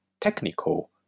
technical